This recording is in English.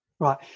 Right